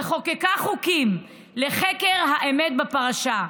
וחוקקה חוקים לחקר האמת בפרשה.